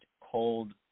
cold